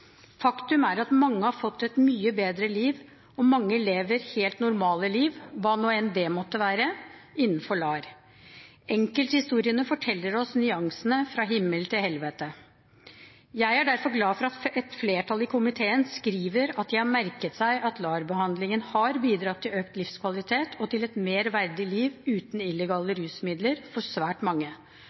Faktum er at mange har fått et mye bedre liv, og mange lever helt normale liv – hva nå enn det måtte være – innenfor LAR. Enkelthistoriene forteller oss nyansene fra himmel til helvete. Jeg er derfor glad for at et flertall i komiteen skriver at de har merket seg at LAR-behandling har bidratt til økt livskvalitet og til et mer verdig liv uten illegale rusmidler for svært mange